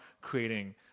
creating